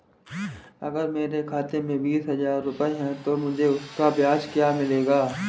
अगर मेरे खाते में बीस हज़ार रुपये हैं तो मुझे उसका ब्याज क्या मिलेगा?